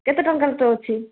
କେତେ ଟଙ୍କା ଭିତରେ ଅଛି